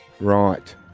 Right